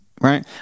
right